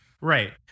Right